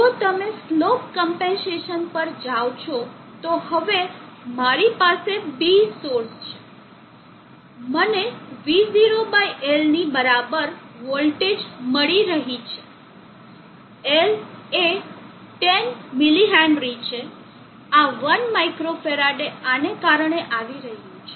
જો તમે slope compensation પર જાઓ છો તો હવે અહીં મારી પાસે B સોર્સ છે મને V0 L ની બરાબર વોલ્ટેજ મળી રહી છે L એ 10 mH છે આ 1 માઇક્રો ફરાડે આને કારણે આવી રહ્યું છે